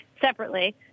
separately